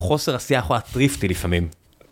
חוסר השיח הוא אטריפטי לפעמים.